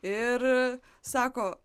ir sako